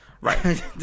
Right